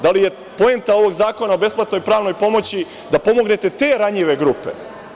Da li je poenta ovog zakona o besplatnoj pravnoj pomoći da pomognete te ranjive grupe?